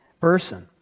person